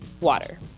water